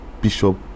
Bishop